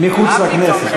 מחוץ לכנסת.